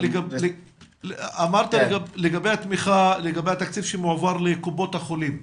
לגבי התקציב שמועבר לקופות החולים,